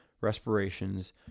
respirations